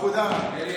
אבודרה.